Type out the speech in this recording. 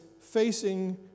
facing